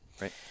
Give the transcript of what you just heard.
Right